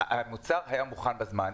המוצר היה מוכן בזמן.